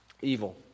evil